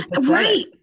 Right